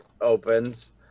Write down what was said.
opens